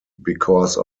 because